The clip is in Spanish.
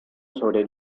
sobre